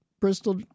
Bristol